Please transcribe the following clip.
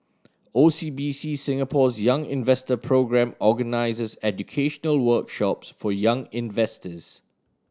O C B C Singapore's Young Investor Programme organizes educational workshops for young investors